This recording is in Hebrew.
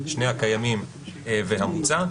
שני הקיימים והמוצע,